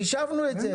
חישבנו את זה.